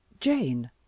Jane